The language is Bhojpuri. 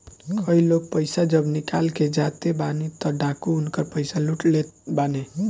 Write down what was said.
कई लोग पईसा जब निकाल के जाते बाने तअ डाकू उनकर पईसा लूट लेत बाने